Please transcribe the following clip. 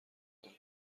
دهیم